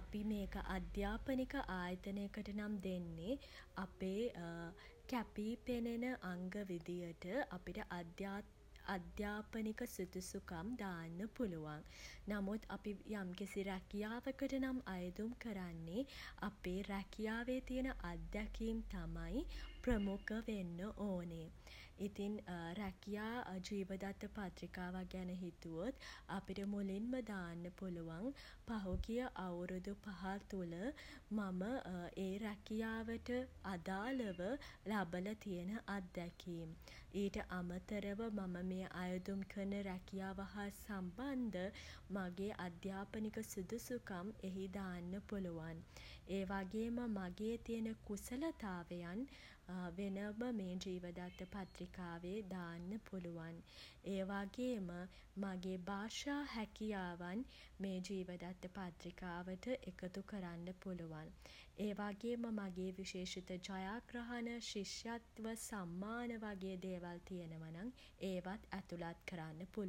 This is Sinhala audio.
අපි මේක අධ්යාපනික ආයතනයකට නම් දෙන්නේ අපේ කැපී පෙනෙන අංග විදියට අපිට අධ්‍යා අධ්‍යාපනික සුදුසුකම් දාන්න පුලුවන්. නමුත් අපි යම් කිසි රැකියාවකට නම් අයදුම් කරන්නේ අපේ රැකියාවේ තියෙන අත්දැකීම් තමයි ප්‍රමුඛ වෙන්න ඕනෙ. ඉතින් රැකියා ජීවදත්ත පත්‍රිකාවක් ගැන හිතුවොත් අපිට මුලින්ම දාන්න පුළුවන් පහුගිය අවුරුදු පහ තුළ මම ඒ රැකියාවට අදාළව ලබල තියෙන අත්දැකීම්. ඊට අමතරව මම මේ අයදුම් කරන රැකියාව හා සම්බන්ධ මගේ අධ්‍යාපනික සුදුසුකම් එහි දාන්න පුළුවන්. ඒ වගේම මගේ තියෙන කුසලතාවයන් වෙනම මේ ජීවදත්ත පත්‍රිකාවේ දාන්න පුළුවන්. ඒවගේම මගේ භාෂා හැකියාවන් මේ ජීව දත්ත පත්‍රිකාවට එකතු කරන්න පුලුවන්. ඒ වගේම මගේ විශේෂිත ජයග්‍රහණ ශිෂ්‍යත්ව සම්මාන වගේ දේවල් තියෙනවා නම් ඒවත් ඇතුලත් කරන්න පුළුවන්.